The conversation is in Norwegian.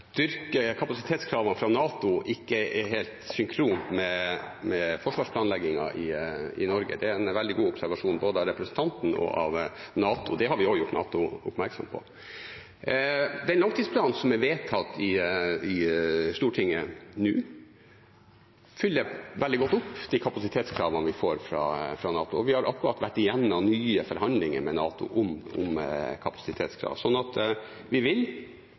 kapasitetskravene fra NATO ikke er helt synkrone med forsvarsplanleggingen i Norge. Det er en veldig god observasjon, både av representanten og av NATO. Det har vi også gjort NATO oppmerksom på. Den langtidsplanen som er vedtatt i Stortinget nå, fyller veldig godt opp de kapasitetskravene vi får fra NATO. Vi har akkurat vært igjennom nye forhandlinger med NATO om kapasitetskrav, så vi vil levere den fullmekaniserte brigaden. Det er vedtatt i langtidsplanen. Vi vil